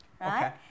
right